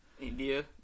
India